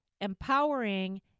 empowering